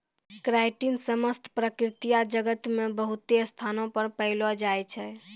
chitin समस्त प्रकृति जगत मे बहुते स्थानो पर पैलो जाय छै